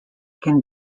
can